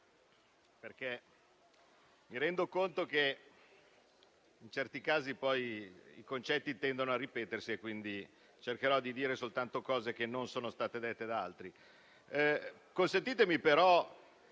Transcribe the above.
mi rendo conto che, in certi casi, i concetti tendono a ripetersi. Quindi, cercherò di dire soltanto le cose che non sono state dette da altri.